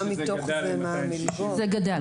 זה גדל.